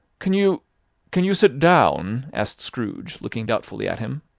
can you can you sit down? asked scrooge, looking doubtfully at him.